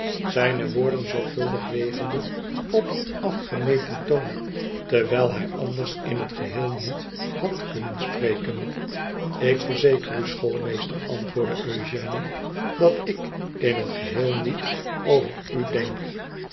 zijne woorden zorgvuldig wegende op afgemeten toon wijl hij anders in het geheel niet had kunnen spreken ik verzeker u schoolmeester antwoordde eugène dat ik in het geheel niet over u denk